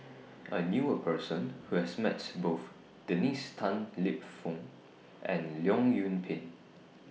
I knew A Person Who has Met Both Dennis Tan Lip Fong and Leong Yoon Pin